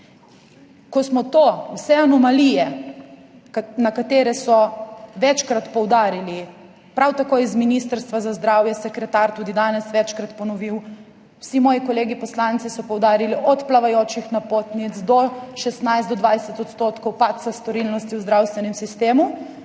Ko smo to, vse anomalije, ki so jih večkrat poudarili, z Ministrstva za zdravje, sekretar je tudi danes večkrat ponovil, vsi moji kolegi poslanci so poudarili, od plavajočih napotnic do 16 %, do 20 % padca storilnosti v zdravstvenem sistemu,